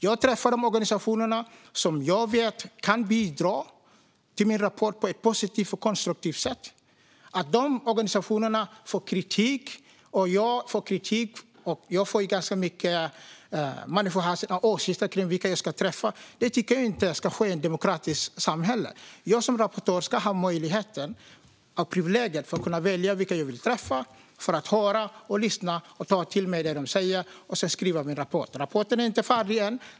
Jag träffar de organisationer som jag vet kan bidra positivt och konstruktivt till min rapport. Dessa organisationer och jag får kritik. Att människor har mycket åsikter om vilka jag ska träffa tycker jag inte är rätt i ett demokratiskt samhälle. Jag som rapportör ska ha möjligheten och privilegiet att välja vilka jag vill träffa för att lyssna till dem och ta till mig av det de säger för att sedan skriva min rapport. Rapporten är ännu inte färdig.